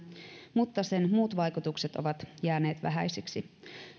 mutta sen muut vaikutukset ovat jääneet vähäisiksi